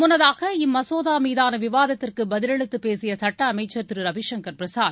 முன்னதாக இம்மசோதா மீதான விவாதத்திற்கு பதிலளித்து பேசிய சுட்ட அமைச்சர் திரு ரவிசங்கர் பிரசாத்